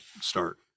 start